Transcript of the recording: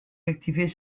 rectifier